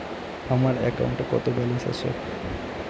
আমার অ্যাকাউন্টে কত ব্যালেন্স আছে?